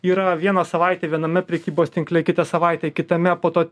yra vieną savaitę viename prekybos tinkle kitą savaitę kitame po to